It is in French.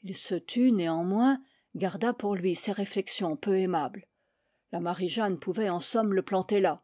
il se tut néanmoins garda pour lui ses réflexions peu aimables la marie-jeanne pou vait en somme le planter là